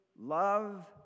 Love